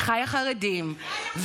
אחיי החרדים,